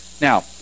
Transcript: Now